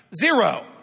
Zero